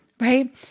right